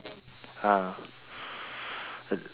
ah